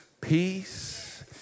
peace